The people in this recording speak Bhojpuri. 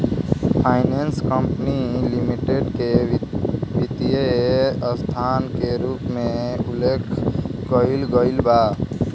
फाइनेंस कंपनी लिमिटेड के वित्तीय संस्था के रूप में उल्लेख कईल गईल बा